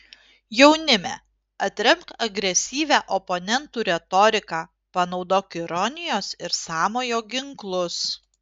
jaunime atremk agresyvią oponentų retoriką panaudok ironijos ir sąmojo ginklus